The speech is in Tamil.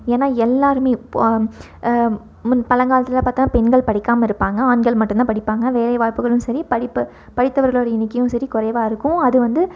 ஏன்னால் எல்லாேருமே இப்போது பழங்காலத்துலெலாம் பார்த்தா பெண்கள் படிக்காமல் இருப்பாங்க ஆண்கள் மட்டும்தான் படிப்பாங்க வேலைவாய்ப்புகளும் சரி படிப்பு படித்தவர்களுடைய எண்ணிக்கையும் சரி குறைவா இருக்கும் அது வந்து